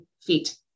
feet